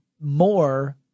more